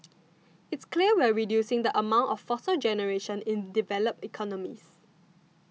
it's clear we're reducing the amount of fossil generation in developed economies